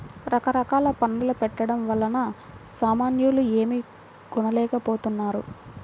రకరకాల పన్నుల పెట్టడం వలన సామాన్యులు ఏమీ కొనలేకపోతున్నారు